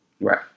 Right